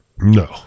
no